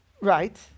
Right